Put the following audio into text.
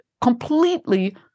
completely